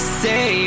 say